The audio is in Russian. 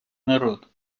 народ